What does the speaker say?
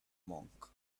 monk